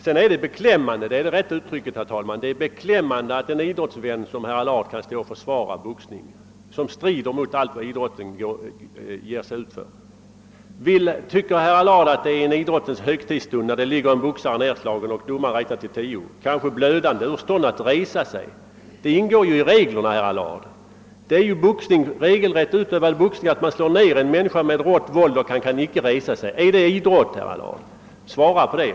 Det är beklämmande — det är det rätta uttrycket, herr talman — att en idrottsvän som herr Allard kan stå och försvara boxningen, som strider mot allt vad idrotten står för. Tycker herr Allard att det är en idrottens högtidsstund när en boxare ligger nedslagen, kanske blödande och ur stånd att resa sig, och domaren räknar till tio? Det är ju regelrätt utövad boxning att slå ned en människa med rått våld så att han kanske inte kan resa sig. Är det idrott, herr Allard? Svara på det!